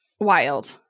Wild